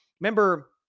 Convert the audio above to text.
remember